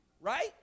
Right